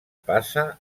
passa